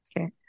Okay